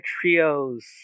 trio's